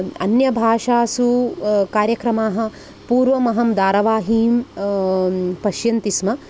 अन्यभाषासु कार्यक्रमः पूर्वम् अहं धारावाहीं पश्यन्ति स्म